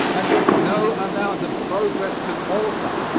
and which no amount of progress can alter.